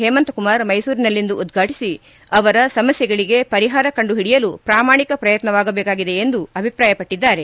ಹೇಮಂತ್ ಕುಮಾರ್ ಮೈಸೂರಿನಲ್ಲಿಂದು ಉದ್ಘಾಟಿಸಿ ಅವರ ಸಮಸ್ಟೆಗಳಿಗೆ ಪರಿಹಾರ ಕಂಡು ಹಿಡಿಯಲು ಪ್ರಾಮಾಣಿಕ ಪ್ರಯತ್ನವಾಗಬೇಕಾಗಿದೆ ಎಂದು ಅಭಿಪ್ರಾಯಪಟ್ಟದ್ದಾರೆ